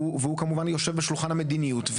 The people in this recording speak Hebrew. והוא כמובן יושב בשולחן המדיניות,